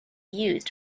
used